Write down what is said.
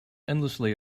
endlessly